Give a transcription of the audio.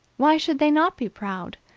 why should they not be proud,